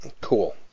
cool